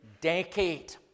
decade